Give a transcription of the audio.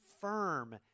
firm